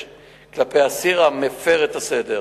כלפי אסיר המפר את הסדר.